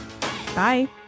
Bye